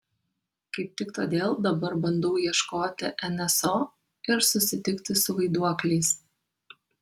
kaip tik todėl dabar bandau ieškoti nso ir susitikti su vaiduokliais